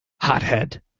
Hothead